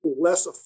less